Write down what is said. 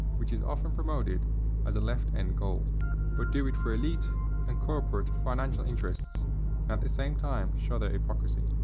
which is often promoted as a left end goal but do it for elite and corporate financial interests and at the same time show their hypocrisy.